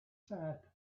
sad